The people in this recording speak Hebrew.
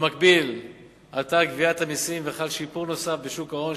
במקביל עלתה גביית המסים וחל שיפור נוסף בשוק ההון,